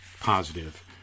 positive